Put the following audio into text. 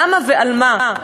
למה ועל מה?